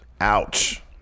Ouch